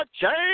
change